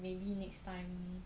maybe next time